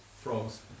frogs